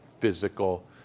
physical